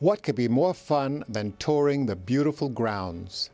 what could be more fun than touring the beautiful grounds